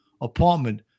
apartment